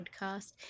podcast